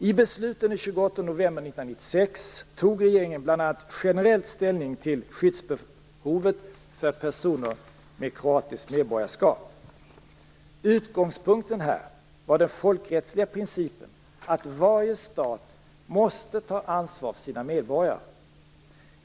I besluten den 28 november 1996 tog regeringen bl.a. generellt ställning till skyddsbehovet för personer med kroatiskt medborgarskap. Utgångspunkten var den folkrättsliga principen att varje stat måste ta ansvar för sina medborgare.